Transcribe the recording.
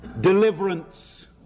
Deliverance